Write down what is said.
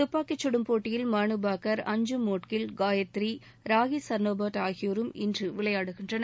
துப்பாக்கிச் கடும் போட்டியில் மனுபாக்கா் ஆஞ்சும் மோட்கில் என் காயத்திரி ராகி சார்னோபாட் ஆகியோரும் இன்று விளையாடுகின்றனர்